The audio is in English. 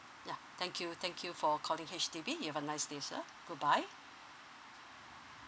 yeah thank you thank you for calling H_D_B you've a nice day sir goodbye